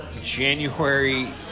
January